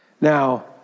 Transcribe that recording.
Now